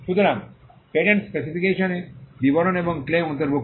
সুতরাং patent specification বিবরণ এবং ক্লেম অন্তর্ভুক্ত